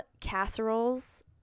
casseroles